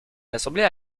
l’assemblée